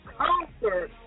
concert